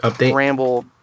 ramble